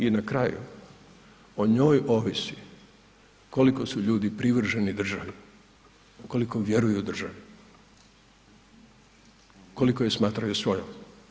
I na kraju o njoj ovisi koliko su ljudi privrženi državi, koliko vjeruju državi, koliko je smatraju svojom.